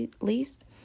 least